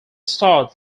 start